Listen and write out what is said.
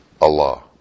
Allah